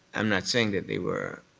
i'm not saying that they were